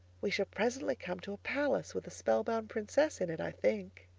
we shall presently come to a palace with a spellbound princess in it, i think.